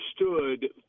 understood